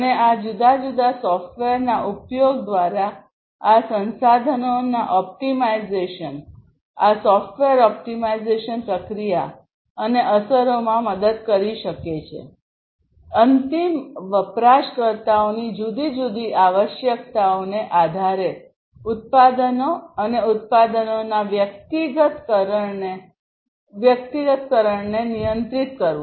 અને આ જુદા જુદા સોફ્ટવેરના ઉપયોગ દ્વારા આ સંસાધનોના ઓપ્ટિમાઇઝેશન આ સોફ્ટવેર ઓપ્ટિમાઇઝેશન પ્રક્રિયા અને અસરોમાં મદદ કરી શકે છેઅંતિમ વપરાશકર્તાઓની જુદી જુદી આવશ્યકતાઓને આધારે ઉત્પાદનો અને ઉત્પાદનોના વ્યક્તિગત કરણને નિયંત્રિત કરવું